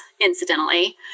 incidentally